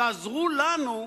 תעזרו לנו,